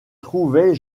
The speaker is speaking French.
trouvait